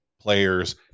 players